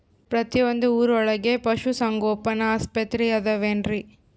ಪ್ರತಿಯೊಂದು ಊರೊಳಗೆ ಪಶುಸಂಗೋಪನೆ ಆಸ್ಪತ್ರೆ ಅದವೇನ್ರಿ?